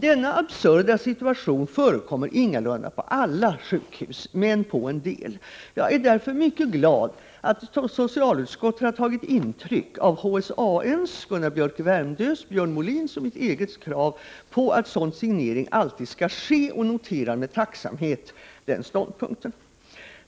Denna absurda situation förekommer ingalunda på alla sjukhus, men på en del. Jag är därför mycket glad att socialutskottet har tagit intryck av HSAN:s, Gunnar Biörcks i Värmdö, Björn Molins och mitt eget krav på att sådan signering alltid skall ske och noterar med tacksamhet den ståndpunkten.